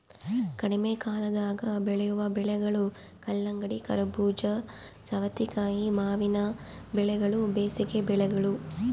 ಕಡಿಮೆಕಾಲದಾಗ ಬೆಳೆವ ಬೆಳೆಗಳು ಕಲ್ಲಂಗಡಿ, ಕರಬೂಜ, ಸವತೇಕಾಯಿ ಮೇವಿನ ಬೆಳೆಗಳು ಬೇಸಿಗೆ ಬೆಳೆಗಳು